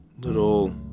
little